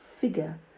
figure